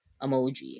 emoji